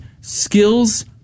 skills